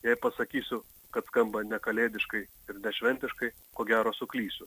jei pasakysiu kad skamba nekalėdiškai ir nešventiškai ko gero suklysiu